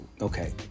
Okay